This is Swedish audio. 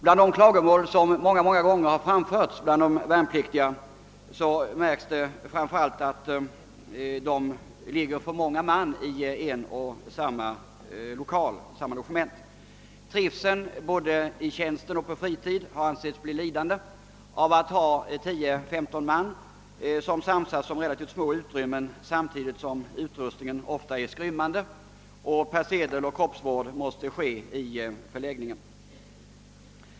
Bland de klagomål som ofta framförts av de värnpliktiga märks framför allt det att man ligger för många man i samma logement. Trivseln såväl i tjänsten som på fritiden blir lidande av att tio— tolv man måste samsas om relativt små utrymmen, när samtidigt utrustningen ofta är skrymmande och persedeloch kroppsvård måste ske i förläggningen.